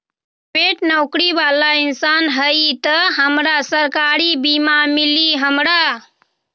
Private नौकरी बाला इंसान हई त हमरा सरकारी बीमा मिली हमरा?